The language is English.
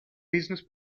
business